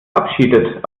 verabschiedet